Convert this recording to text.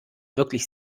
wirklich